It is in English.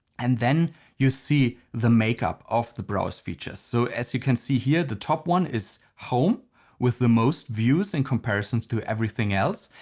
and then you see the makeup of the browse features. so as you can see here the top one is home with the most views in comparison to everything else.